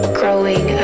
growing